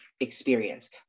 experience